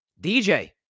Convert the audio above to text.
DJ